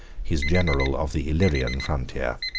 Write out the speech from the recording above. his general of the illyrian frontier.